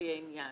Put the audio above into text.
לפי העניין.